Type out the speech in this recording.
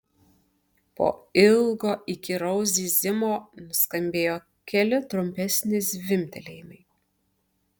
po ilgo įkyraus zyzimo nuskambėjo keli trumpesni zvimbtelėjimai